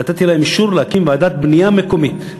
נתתי לה אישור להקים ועדת בנייה מקומית.